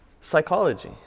psychology